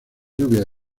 lluvias